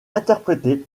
interprétée